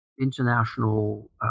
international